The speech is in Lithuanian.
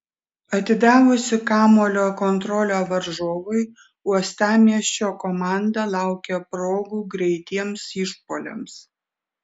atidavusi kamuolio kontrolę varžovui uostamiesčio komanda laukė progų greitiems išpuoliams